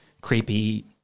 creepy